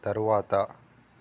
తరువాత